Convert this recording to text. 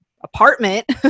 apartment